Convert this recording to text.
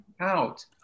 out